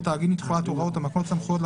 שלושה תאגידים סטטוטוריים שבהם המדינה,